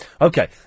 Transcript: Okay